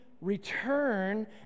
return